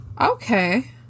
Okay